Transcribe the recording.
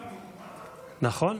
נכון.